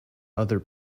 other